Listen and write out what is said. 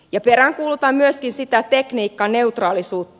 peräänkuulutan myöskin sitä tekniikkaneutraalisuutta